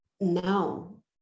No